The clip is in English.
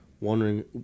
wondering